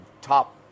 top